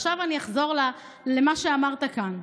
ועכשיו אחזור למה שאמרת כאן.